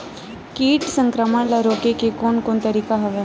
कीट संक्रमण ल रोके के कोन कोन तरीका हवय?